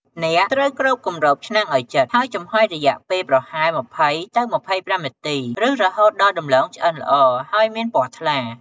អ្នកត្រូវគ្របគម្របឆ្នាំងឱ្យជិត ហើយចំហុយរយៈពេលប្រហែល ២០ ទៅ ២៥ នាទី ឬរហូតដល់ដំឡូងឆ្អិនល្អ ហើយមានពណ៌ថ្លា។